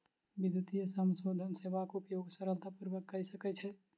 विद्युतीय समाशोधन सेवाक उपयोग सरलता पूर्वक कय सकै छै